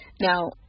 now